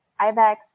Ivex